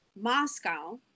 moscow